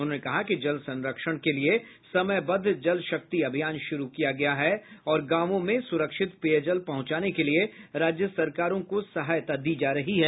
उन्होंने कहा कि जल संरक्षण के लिए समयबद्ध जलशक्ति अभियान शुरू किया गया है और गांवों में सुरक्षित पेयजल पहुंचाने के लिये राज्य सरकारों को सहायता दी जा रही है